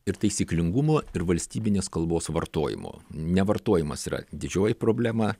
ir taisyklingumo ir valstybinės kalbos vartojimo nevartojimas yra didžioji problema